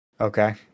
Okay